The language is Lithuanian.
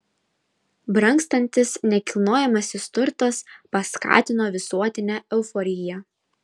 brangstantis nekilnojamasis turtas paskatino visuotinę euforiją